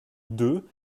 deux